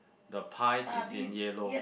the pies is in yellow